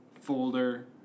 folder